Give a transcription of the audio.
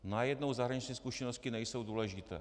Najednou zahraniční zkušenosti nejsou důležité.